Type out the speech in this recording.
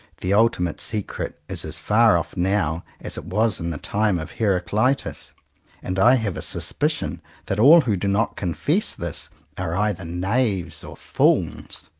the ultimate secret is as far off now as it was in the time of heracli tus, and i have a suspicion that all who do not confess this are either knaves or fools.